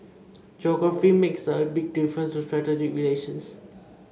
geography makes a big difference to strategic relations